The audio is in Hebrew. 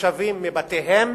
תושבים מבתיהם,